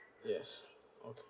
yes okay